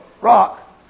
rock